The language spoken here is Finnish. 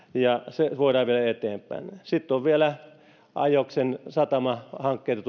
se voidaan viedä eteenpäin sitten on vielä pohjoisessa ajoksen satamahankkeita